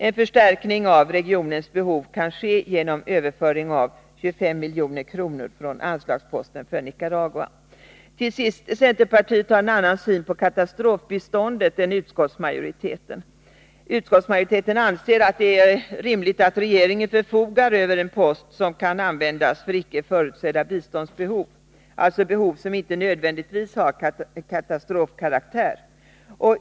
En förstärkning av regionens behov kan ske genom överföring av 25 milj.kr. från anslagsposten för Nicaragua. Centerpartiet har en annan syn på katastrofbiståndet än utskottsmajoriteten. Utskottsmajoriteten anser att det är rimligt att regeringen förfogar över en post som kan användas för icke förutsedda biståndsbehov, alltså behov som inte nödvändigtvis har katastrofkaraktär.